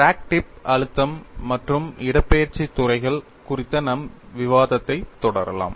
crack tip அழுத்தம் மற்றும் இடப்பெயர்ச்சி துறைகள் குறித்த நம் விவாதத்தைத் தொடரலாம்